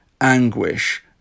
anguish